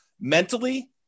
mentally